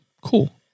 Cool